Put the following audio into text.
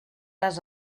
les